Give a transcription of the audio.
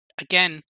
again